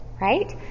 right